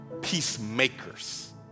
peacemakers